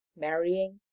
marrying